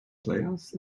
players